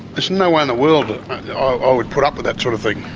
there's no way in the world i would put up with that sort of thing.